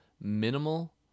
minimal